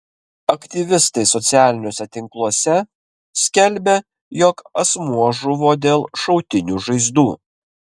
aktyvistai socialiniuose tinkluose skelbia jog asmuo žuvo dėl šautinių žaizdų